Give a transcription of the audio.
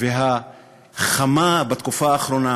והחמה בתקופה האחרונה.